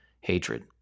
hatred